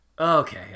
okay